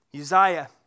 Uzziah